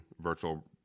virtual